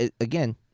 Again